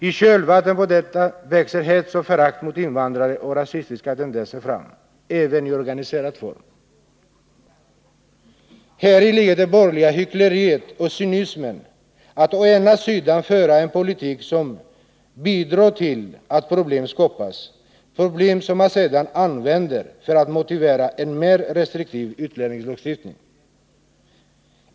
I kölvattnet på detta växer hets och förakt mot invandrare och rasistiska tendenser fram, även i organiserad form. Häri ligger det borgerliga hyckleriet och cynismen — att å ena sidan föra en politik som bidrar till att problem skapas, problem som man å andra sidan använder för att motivera en mer restriktiv utlänningslagstiftning.